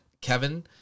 Kevin